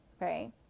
right